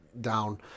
down